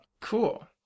Cool